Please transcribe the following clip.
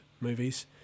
movies